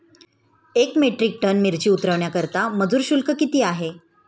एक metric tonne मिरची उतरवण्याकरता मजुर शुल्क किती आहे?